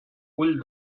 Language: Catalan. ull